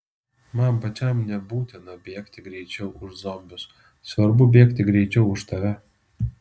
man pačiam nebūtina bėgti greičiau už zombius svarbu bėgti greičiau už tave